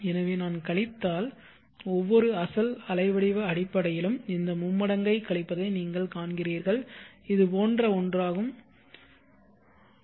எனவே நான் கழித்தால் ஒவ்வொரு அசல் அலைவடிவ அடிப்படையிலும் இந்த மும்மடங்கைக் கழிப்பதை நீங்கள் காண்கிறீர்கள் இது போன்ற ஒன்றாகும் காட்சியளிக்கிறது